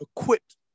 equipped